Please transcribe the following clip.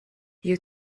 you